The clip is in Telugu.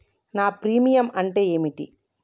నా ప్రీమియం అంటే ఏమిటి?